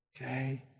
Okay